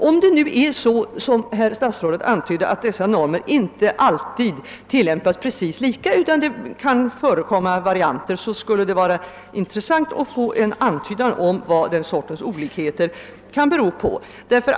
Om det nu, som statsrådet antydde, är så att dessa normer inte alltid tilllämpas precis lika, utan att det kan förekomma varianter skulle det vara intressant att få en antydan om vad den sortens olikheter kan bero på.